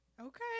Okay